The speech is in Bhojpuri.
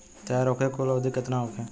तैयार होखे के कुल अवधि केतना होखे?